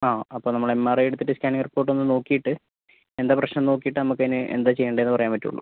ആ അപ്പോൾ നമ്മൾ എം ആർ ഐ എടുത്തിട്ട് സ്കാനിംഗ് റിപ്പോർട്ട് ഒന്ന് നോക്കീട്ട് എന്താ പ്രശ്നം നോക്കീട്ട് നമുക്ക് ഇനി എന്താ ചെയ്യേണ്ടത് എന്ന് പറയാൻ പറ്റുള്ളൂ